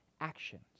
actions